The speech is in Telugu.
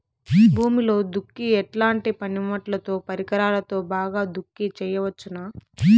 భూమిలో దుక్కి ఎట్లాంటి పనిముట్లుతో, పరికరాలతో బాగా దుక్కి చేయవచ్చున?